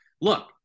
look